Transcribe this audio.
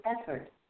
effort